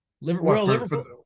Liverpool